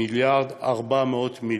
1.4 מיליארד שקל.